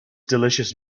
delicious